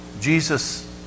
Jesus